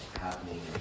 happening